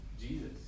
Jesus